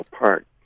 park